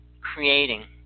Creating